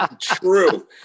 true